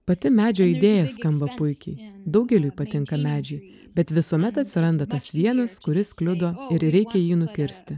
pati medžio idėja skamba puikiai daugeliui patinka medžiai bet visuomet atsiranda tas vienas kuris kliudo ir reikia jį nukirsti